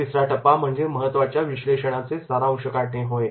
तिसरा टप्पा म्हणजे महत्त्वाच्या विश्लेषणाचे सारांश काढणे होय